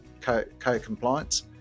co-compliance